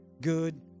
good